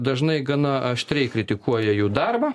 dažnai gana aštriai kritikuoja jų darbą